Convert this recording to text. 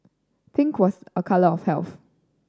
pink was a colour of health